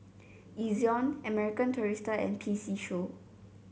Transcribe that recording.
Ezion American Tourister and P C Show